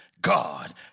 God